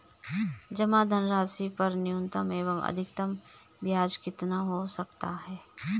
जमा धनराशि पर न्यूनतम एवं अधिकतम ब्याज कितना हो सकता है?